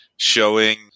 showing